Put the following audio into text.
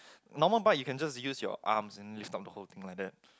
normal bike you can just use your arms and lift up the whole thing like that